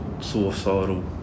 suicidal